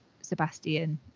Sebastian